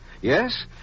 Yes